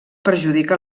perjudica